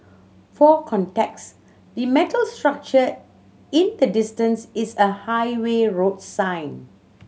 for context the metal structure in the distance is a highway road sign